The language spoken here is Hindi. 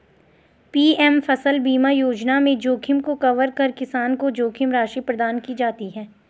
पी.एम फसल बीमा योजना में जोखिम को कवर कर किसान को जोखिम राशि प्रदान की जाती है